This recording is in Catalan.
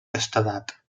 castedat